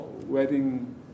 wedding